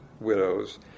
widows